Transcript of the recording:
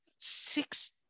six